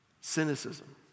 Cynicism